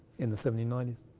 in the seventeen ninety s.